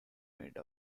made